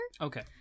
Okay